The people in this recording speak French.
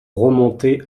remonter